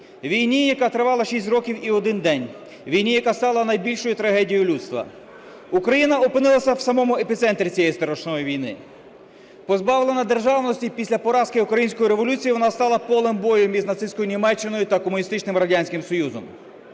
Війні, яка тривала шість років і один день. Війні, яка стала найбільшою трагедією людства. Україна опинилася в самому епіцентрі цієї страшної війни. Позбавлена державності після поразки української революції вона стала полем боєм між нацистською Німеччиною та комуністичним Радянським Союзом,